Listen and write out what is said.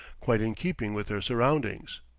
quite in keeping with their surroundings.